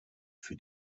für